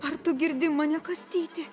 ar tu girdi mane kastyti